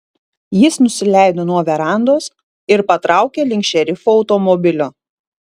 jis nusileido nuo verandos ir patraukė link šerifo automobilio